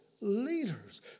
leaders